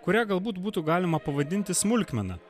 kurią galbūt būtų galima pavadinti smulkmena